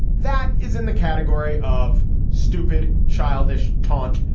that is in the category of stupid childish taunt.